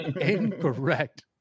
Incorrect